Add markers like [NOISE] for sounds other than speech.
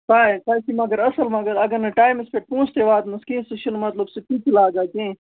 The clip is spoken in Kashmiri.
[UNINTELLIGIBLE] سُہ چھی مگر اصٕل مگر اگر نہٕ ٹایمَس پٮ۪ٹھ پونٛسہٕ تہِ واتنَس کیٚنہہ سُہ چھِنہٕ مطلب سُہ [UNINTELLIGIBLE] لاگان کیٚنہہ